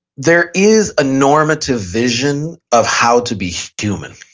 there is a normative vision of how to be human.